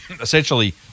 essentially